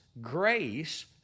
grace